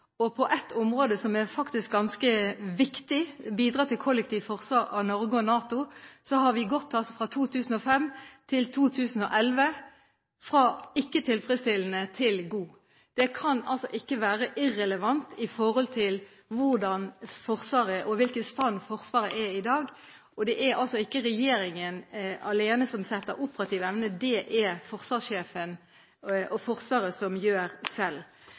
og på ett område, som faktisk er ganske viktig – «bidrag til kollektivt forsvar av Norge og NATO» – har vi fra 2005 til 2011 gått fra «ikke tilfredsstillende» til «god». Det kan ikke være irrelevant med tanke på i hvilken stand Forsvaret er i dag. Og det er ikke regjeringen alene som setter operativ evne, det er det forsvarssjefen og Forsvaret som selv gjør.